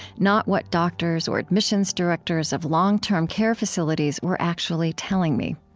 not what doctors or admissions directors of long-term care facilities were actually telling me.